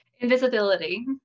invisibility